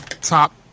top